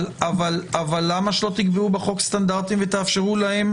אבל למה שלא תקבעו בחוק סטנדרטים ותאפשרו להם